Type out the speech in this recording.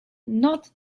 not